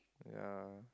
ya